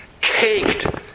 Caked